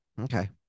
Okay